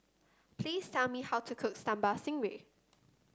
please tell me how to cook Sambal Stingray